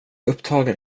upptagen